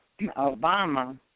Obama